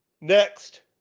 Next